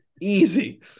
easy